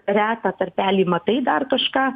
retą tarpelį matai dar kažką